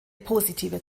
positive